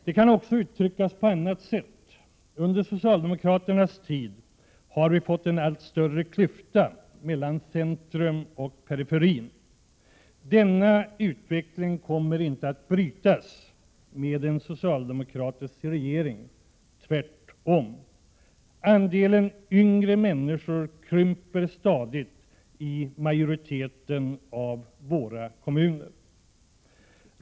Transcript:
Det kan också uttryckas på ett annat sätt: Under socialdemokraternas tid har vi fått en allt större klyfta mellan centrum och periferi. Denna utveckling kommer inte att brytas med en socialdemokratisk regering — tvärtom. Andelen yngre människor krymper stadigt i majoriteten av våra kommuner.